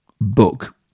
book